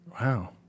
Wow